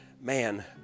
Man